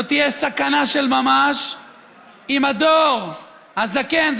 זאת תהיה סכנה של ממש אם הדור הזקן,